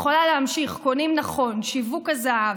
אני יכולה להמשיך: קונים נכון, שיווק הזהב,